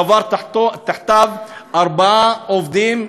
קבר תחתיו ארבעה עובדים,